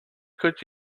could